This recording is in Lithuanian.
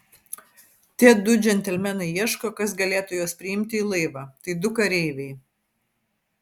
tie du džentelmenai ieško kas galėtų juos priimti į laivą tai du kareiviai